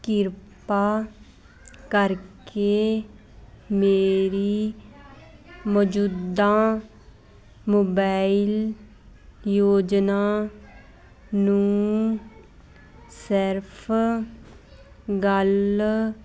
ਕਿਰਪਾ ਕਰਕੇ ਮੇਰੀ ਮੌਜੂਦਾ ਮੋਬਾਈਲ ਯੋਜਨਾ ਨੂੰ ਸਿਰਫ਼ ਗੱਲ